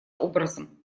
образом